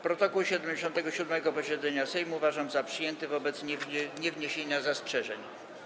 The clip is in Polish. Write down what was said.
Protokół 77. posiedzenia Sejmu uważam za przyjęty wobec niewniesienia zastrzeżeń.